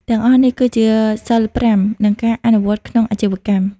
ទាំងអស់នេះ គឺជាសីល៥ និងការអនុវត្តក្នុងអាជីវកម្ម។